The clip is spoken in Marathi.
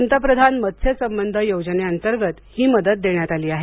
पंतप्रधान मत्स्य संबंध योजनेअंतर्गत ही मदत देण्यात आली आहे